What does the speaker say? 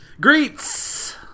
Greets